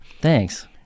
thanks